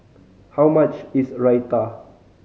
how much is Raita